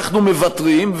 אנחנו מוותרים,